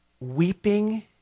weeping